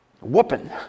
whooping